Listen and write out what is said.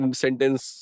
sentence